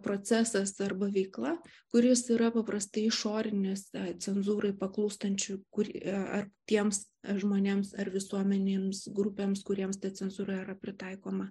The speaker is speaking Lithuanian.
procesas arba veikla kuris yra paprastai išoriniuose cenzūrai paklūstančių kuri ar tiems žmonėms ar visuomenėms grupėms kuriems ta cenzūra yra pritaikoma